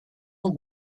und